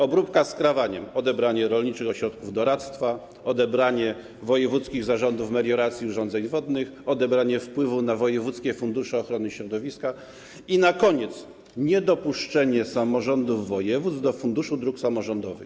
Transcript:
Obróbka skrawaniem - odebranie rolniczych ośrodków doradztwa, odebranie wojewódzkich zarządów melioracji i urządzeń wodnych, odebranie wpływu na wojewódzkie fundusze ochrony środowiska i na koniec niedopuszczenie samorządów województw do Funduszu Dróg Samorządowych.